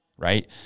right